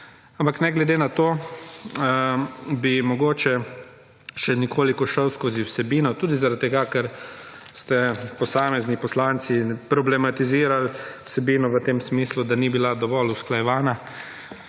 Ampak ne glede na to bi mogoče še nekoliko šel skozi vsebino, tudi zaradi tega ker ste posamezni poslanci problematizirali vsebino v tem smislu, da ni bila dovolj usklajevana.